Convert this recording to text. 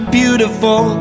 beautiful